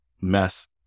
mess